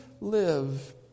live